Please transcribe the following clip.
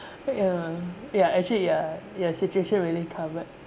ya ya actually ya your situation really covered